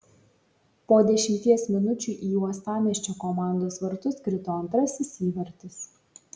po dešimties minučių į uostamiesčio komandos vartus krito antrasis įvartis